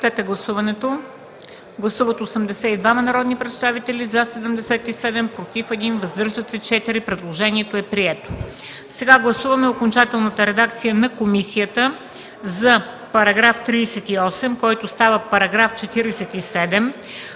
Сега гласуваме окончателната редакция на комисията за § 38, който става § 47